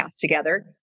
together